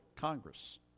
Congress